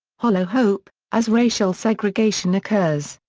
hollow hope as racial segregation occurs,